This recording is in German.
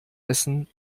essen